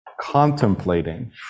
contemplating